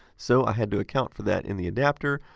so i had to account for that in the adapter.